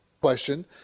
question